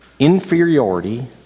inferiority